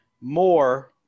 more